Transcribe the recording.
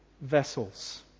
vessels